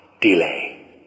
delay